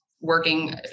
working